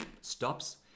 stops